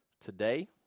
today